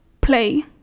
play